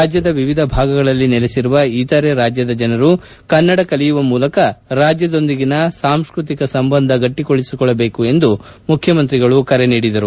ರಾಜ್ಯದ ವಿವಿಧ ಭಾಗಗಳಲ್ಲಿ ನೆಲೆಸಿರುವ ಇತರೆ ರಾಜ್ಯದ ಜನರು ಕನ್ನಡ ಕಲಿಯುವ ಮೂಲಕ ರಾಜ್ಯದೊಂದಿಗಿನ ಸಾಂಸ್ಟಕಿಕ ಸಂಬಂಧ ಗಟ್ಟಿಗೊಳಿಸಿಕೊಳ್ಳಬೇಕು ಎಂದು ಮುಖ್ಯಮಂತ್ರಿ ಕರೆ ನೀಡಿದರು